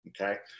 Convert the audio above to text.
okay